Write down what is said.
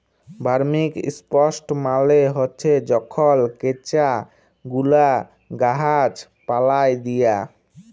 vermicompost মালে হছে যখল কেঁচা গুলা গাহাচ পালায় দিয়া